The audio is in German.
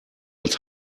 als